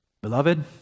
Beloved